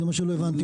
זה מה שלא הבנתי.